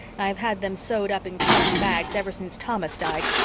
i've had them sewed up in cotton bags ever since thomas died,